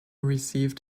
received